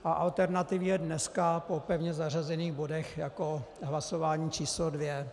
A alternativně dneska po pevně zařazených bodech jako hlasování číslo dvě.